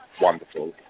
wonderful